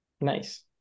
Nice